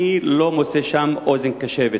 אני לא מוצא שם אוזן קשבת.